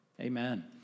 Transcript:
amen